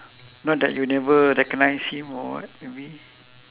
not that you never recognise him or what maybe